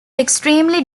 extremely